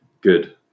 good